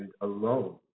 alone